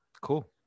cool